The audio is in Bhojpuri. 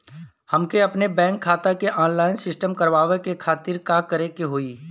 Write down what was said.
हमके अपने बैंक खाता के ऑनलाइन सिस्टम करवावे के खातिर का करे के होई?